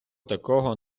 такого